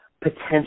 potential